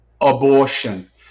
abortion